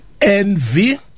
envy